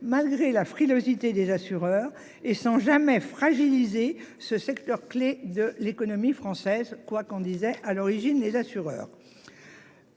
Malgré la frilosité des assureurs et sans jamais fragilisé ce secteur clé de l'économie française, quoi qu'on disait à l'origine et l'assureur.